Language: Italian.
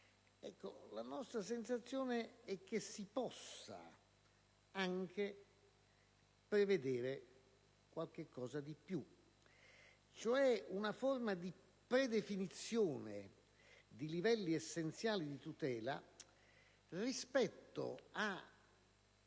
la nostra sensazione è che si possa anche prevedere qualcosa di più, una forma cioè di predefinizione di livelli essenziali di tutela rispetto a